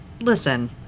listen